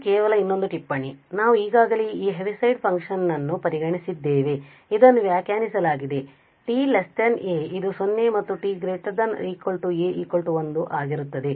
ಇದು ಕೇವಲ ಇನ್ನೊಂದು ಟಿಪ್ಪಣಿ ಆದ್ದರಿಂದ ನಾವು ಈಗಾಗಲೇ ಈ ಹೆವಿಸೈಡ್ ಫಂಕ್ಷನ್ ನನ್ನು ಪರಿಗಣಿಸಿದ್ದೇವೆ ಇದನ್ನು ವ್ಯಾಖ್ಯಾನಿಸಲಾಗಿದೆ t a ಅದು 0 ಮತ್ತು t ≥ a 1 ಆಗಿರುತ್ತದೆ